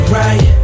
right